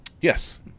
Yes